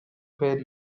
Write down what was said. fair